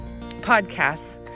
podcasts